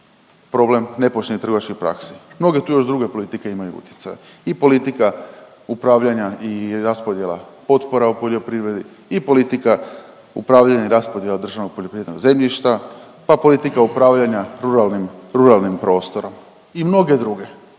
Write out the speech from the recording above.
problem nepoštenih trgovačkih praksi, mnoge tu još druge politike imaju utjecaja i politika upravljanja i raspodjela potpora u poljoprivredi i politika upravljanja i raspodjele državnog poljoprivrednog zemljišta, pa politika upravljanja ruralnim, ruralnim prostorom i mnoge druge.